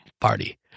party